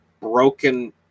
broken